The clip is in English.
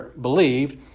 believed